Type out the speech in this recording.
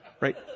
right